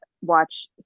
watch